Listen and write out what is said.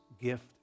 gift